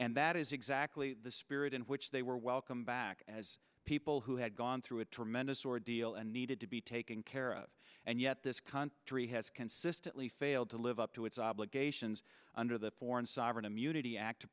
and that is exactly the spirit in which they were come back as people who had gone through a tremendous ordeal and needed to be taken care of and yet this country has consistently failed to live up to its obligations under the foreign sovereign immunity act to